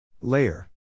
Layer